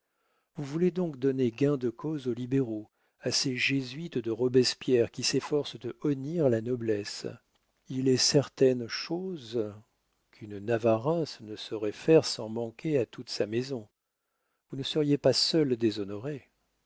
vous voulez donc donner gain de cause aux libéraux à ces jésuites de robespierre qui s'efforcent de honnir la noblesse il est certaines choses qu'une navarreins ne saurait faire sans manquer à toute sa maison vous ne seriez pas seule déshonorée